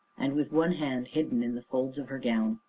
and with one hand hidden in the folds of her gown.